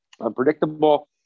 unpredictable